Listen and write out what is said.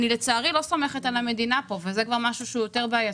לצערי אני לא סומכת על המדינה כאן וזה כבר משהו שהוא יותר בעייתי.